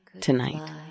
tonight